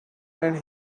and